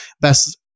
best